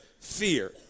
fear